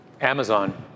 Amazon